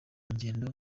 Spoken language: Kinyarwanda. ngendo